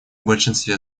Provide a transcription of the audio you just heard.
большинстве